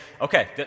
okay